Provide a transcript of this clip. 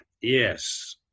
yes